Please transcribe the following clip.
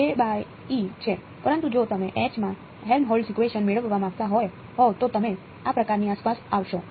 પરંતુ જો તમે માં હેલ્મહોલ્ટ્ઝ ઇકવેશન મેળવવા માંગતા હોવ તો તમે આ પ્રકાર ની આસપાસ આવશો